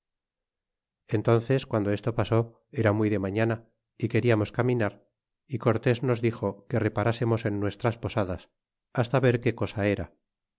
entónces guando esto pasó era muy de mañana y queriamos caminar y cortés nos dixo que reparásemos en nuestras posadas hasta ver qué cosa era